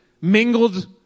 mingled